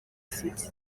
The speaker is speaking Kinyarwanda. city